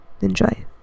enjoy